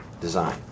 Design